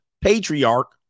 patriarch